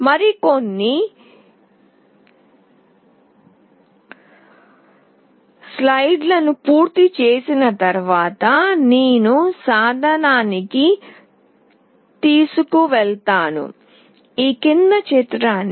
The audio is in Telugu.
మరికొన్ని స్లైడ్ లను పూర్తి చేసిన తర్వాత నేను ఈ సాధనానికి తీసుకువెళతాను